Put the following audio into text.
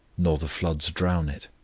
nor the floods drown it.